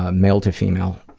ah male to female,